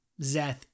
Zeth